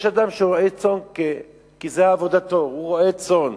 יש אדם שרועה צאן כי זו עבודתו, הוא רועה צאן.